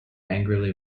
angrily